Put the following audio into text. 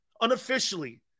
unofficially